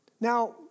Now